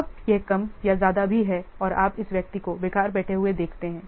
अब यह कम या ज्यादा भी है और आप इस व्यक्ति को बेकार बैठे हुए देखते हैं